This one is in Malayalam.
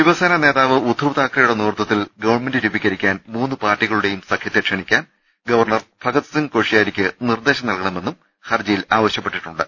ശിവസേനാ നേതാവ് ഉദ്ധവ് താക്കറെയുടെ നേതൃത്വത്തിൽ ഗവൺമെന്റ് രൂപീകരിക്കാൻ മൂന്ന് പാർട്ടികളുടെയും ക്ഷണി യ് ക്കാൻ സഖ്യ ത്തെ ഗവർണർ ഭഗത്സിംഗ് കോഷ്യാരിയ്ക്ക് നിർദ്ദേശം നൽകണമെന്നും ഹർജിയിൽ ആവശ്യപ്പെട്ടിട്ടുണ്ട്